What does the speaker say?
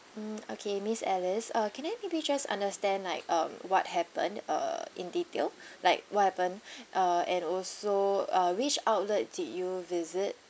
mm okay miss alice uh can I maybe just understand like um what happened uh in detail like what happened uh and also uh which outlet did you visit